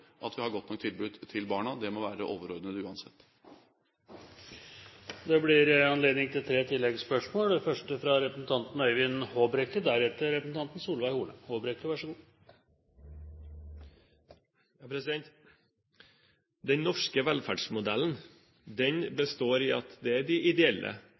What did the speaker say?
at vi har godt nok tilbud til barna – det må være det overordnede, uansett. Det blir gitt anledning til tre oppfølgingsspørsmål – først Øyvind Håbrekke.